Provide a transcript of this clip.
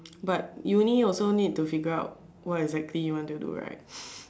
but uni also need to figure out what exactly you need to do right